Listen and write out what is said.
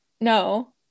No